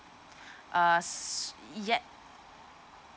us yet